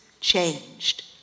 changed